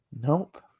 Nope